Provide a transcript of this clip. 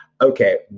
okay